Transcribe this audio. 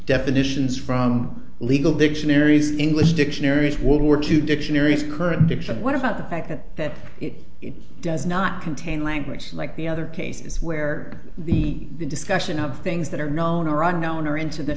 definitions from legal dictionaries english dictionaries world war two dictionaries current edition what about the fact that it does not contain language like the other cases where the discussion of things that are known are unknown or into the